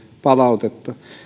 palautetta